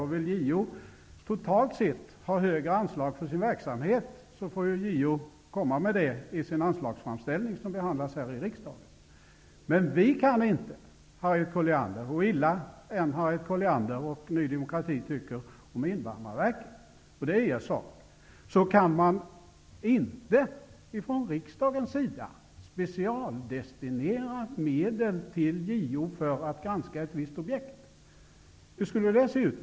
Om JO totalt sett vill ha högre anslag för sin verksamhet få JO äska om det i sin anslagsframställning, som behandlas här i riksdagen. Hur illa Harriet Colliander och Ny demokrati än tycker om Invandrarverket -- och det är er sak -- kan vi från riksdagens sida inte specialdestinera medel till JO för att granska ett visst objekt. Hur skulle det se ut?